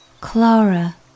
Clara